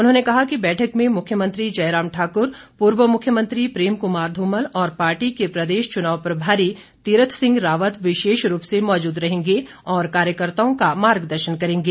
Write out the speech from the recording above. उन्होंने कहा कि बैठक में मुख्यमंत्री जयराम ठाकुर पूर्व मुख्यमंत्री प्रेम कुमार धूमल और पार्टी के प्रदेश चुनाव प्रभारी तीर्थ सिंह रावत विशेष रूप से मौजूद रहेंगे और कार्यकर्ताओं का मार्गदर्शन करेंगे